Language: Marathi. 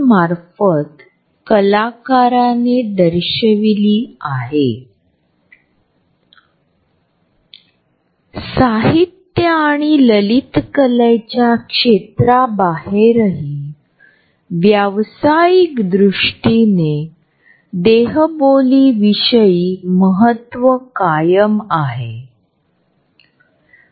तशाच प्रकारे आपल्याला असेही आढळेल की द्विधा परिस्थितीतही आपल्याला एखादी व्यक्ती आवडल्यास आपण त्यांच्या जवळ जाण्याचा आपला कल असतो